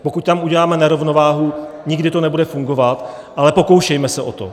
Pokud tam uděláme nerovnováhu, nikdy to nebude fungovat, ale pokoušejme se o to.